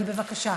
אבל בבקשה.